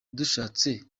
dushatse